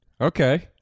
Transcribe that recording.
Okay